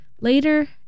later